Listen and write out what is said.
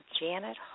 Janet